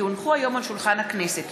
כי הונחו היום על שולחן הכנסת,